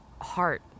heart